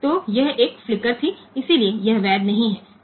तो यह एक फ्लिकर थी इसलिए यह वैध नहीं है